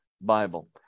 Bible